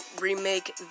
remake